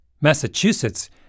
Massachusetts